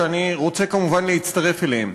שאני רוצה כמובן להצטרף אליהן.